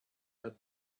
had